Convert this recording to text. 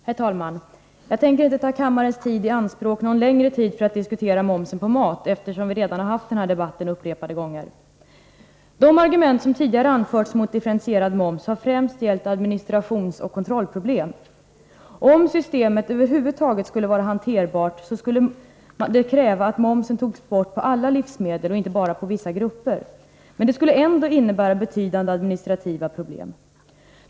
Herr talman! Jag tänker inte ta kammarens tid i anspråk någon längre tid för att diskutera momsen på mat, eftersom vi redan har haft den debatten upprepade gånger. De argument som tidigare anförts mot differentierad moms har främst gällt administrationsoch kontrollproblem. Om systemet över huvud taget skulle vara hanterbart skulle det kräva att momsen togs bort på alla livsmedel, inte bara på vissa grupper, men det skulle ändå innebära betydande administrativa problem.